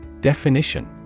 Definition